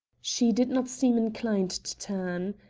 she did not seem inclined to turn.